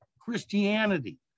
Christianity